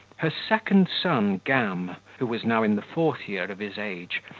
her second son gam, who was now in the fourth year of his age,